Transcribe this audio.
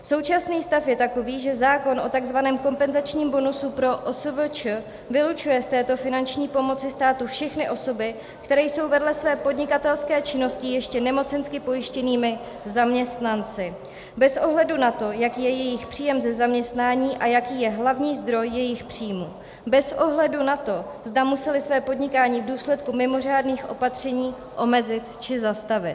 Současný stav je takový, že zákon o takzvaném kompenzačním bonusu pro OSVČ vylučuje z této finanční pomoci státu všechny osoby, které jsou vedle své podnikatelské činnosti ještě nemocensky pojištěnými zaměstnanci, bez ohledu na to, jaký je jejich příjem ze zaměstnání a jaký je hlavní zdroj jejich příjmu, bez ohledu na to, zda museli své podnikání v důsledku mimořádných opatření omezit či zastavit.